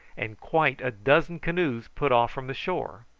and quite a dozen canoes put off from the shore.